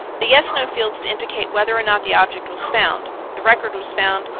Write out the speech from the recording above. the yes no fields to indicate whether and not the object was found, the record was found,